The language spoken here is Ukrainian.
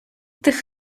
тих